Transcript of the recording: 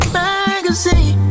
magazine